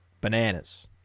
bananas